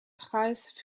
preis